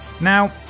Now